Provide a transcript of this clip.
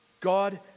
God